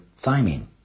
thymine